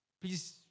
Please